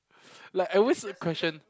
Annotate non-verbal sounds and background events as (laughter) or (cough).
(breath) like I always question